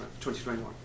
2021